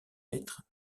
maîtres